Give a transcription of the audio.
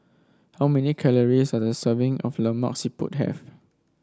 how many calories does a serving of Lemak Siput have